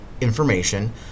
information